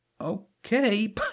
okay